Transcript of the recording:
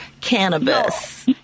cannabis